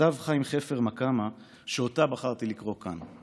כתב חיים חפר מקאמה, ובחרתי לקרוא אותה כאן: